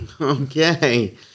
Okay